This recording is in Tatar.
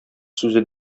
сүзе